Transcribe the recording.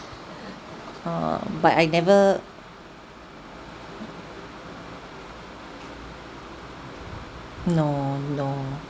uh but I never no no